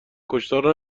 کشتار